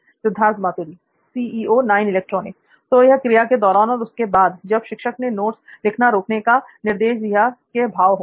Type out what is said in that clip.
सिद्धार्थ मातुरी तो यह क्रिया के "दौरान" और उसके "बाद" जब शिक्षक ने नोट्स लिखना रोकने का निर्देश दिया के भाव होंगे